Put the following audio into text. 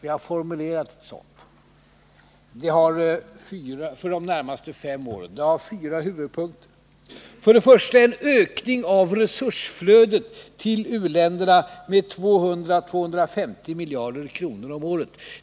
Vi har formulerat ett sådant program för de närmaste fem åren. Det har fyra huvudpunkter: 1. en ökning av resursflödet till u-länderna med 200-250 miljarder kronor om året.